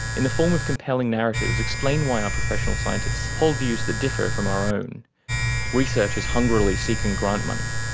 in the form of compelling narratives, explain why ah professional scientists hold views that differ from our own researchers hungrily seeking grant money,